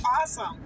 awesome